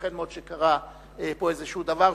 ייתכן מאוד שקרה פה איזה דבר,